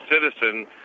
citizen